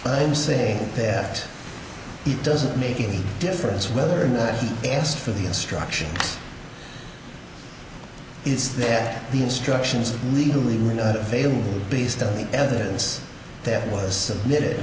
and i'm saying that it doesn't make any difference whether or not he asked for the instruction is that the instructions legally renate failed based on the evidence that was submitted